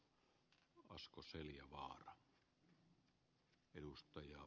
ensinnäkin ed